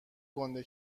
گنده